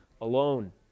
alone